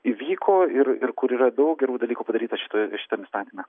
įvyko ir ir kur yra daug gerų dalykų padaryta šitoj šitam įstatyme